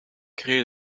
créer